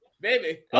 baby